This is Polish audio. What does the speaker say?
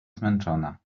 zmęczona